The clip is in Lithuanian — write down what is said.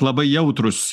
labai jautrūs